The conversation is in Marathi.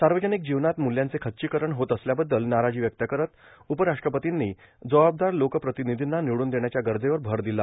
सावर्जानक जीवनात मूल्यांचे खच्चीकरण होत असल्याबद्दल नाराजी व्यक्त करत उपराष्ट्रपतींनी जबाबदार लोकर्प्रातानधींना र्णनवडून देण्याच्या गरजेवर भर र्ददला